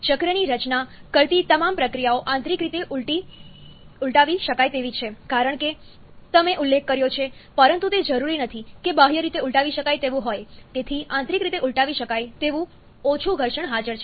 ચક્રની રચના કરતી તમામ પ્રક્રિયાઓ આંતરિક રીતે ઉલટાવી શકાય તેવી છે કારણ કે તમે ઉલ્લેખ કર્યો છે પરંતુ તે જરૂરી નથી કે બાહ્ય રીતે ઉલટાવી શકાય તેવું હોય તેથી આંતરિક રીતે ઉલટાવી શકાય તેવું ઓછું ઘર્ષણ હાજર છે